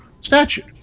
statute